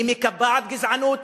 היא מקבעת גזענות,